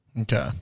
okay